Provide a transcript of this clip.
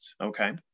okay